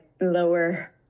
lower